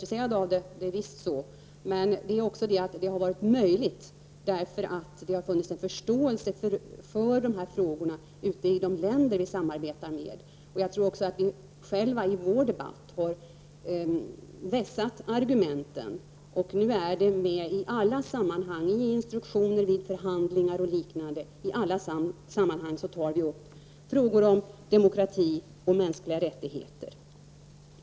Visst är jag intresserad, men det har också varit möjligt därför att det funnits en förståelse för dessa frågor ute i de länder som vi samarbetar med. Jag tror också att vi själva i vår debatt har vässat argumenten och nu är de med i alla sammanhang, i instruktioner, vid förhandlingar och liknande. I alla sammanhang tar vi upp frågor om demokrati och mänskliga rättigheter.